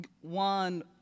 one